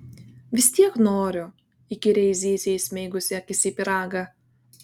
vis tiek noriu įkyriai zyzė įsmeigusi akis į pyragą